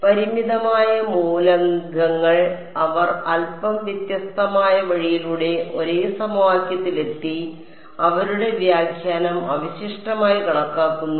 പരിമിതമായ മൂലകങ്ങൾ അവർ അല്പം വ്യത്യസ്തമായ വഴിയിലൂടെ ഒരേ സമവാക്യത്തിൽ എത്തി അവരുടെ വ്യാഖ്യാനം അവശിഷ്ടമായി കണക്കാക്കുന്നു